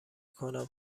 کنم